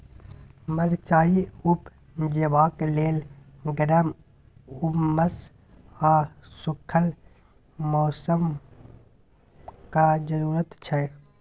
मरचाइ उपजेबाक लेल गर्म, उम्मस आ सुखल मौसमक जरुरत छै